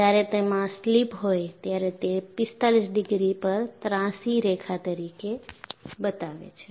જ્યારે તેમાં સ્લિપ હોય ત્યારે તે 45 ડિગ્રી પર ત્રાંસી રેખા તરીકે બતાવે છે